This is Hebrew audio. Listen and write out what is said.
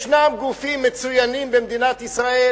יש גופים מצוינים במדינת ישראל,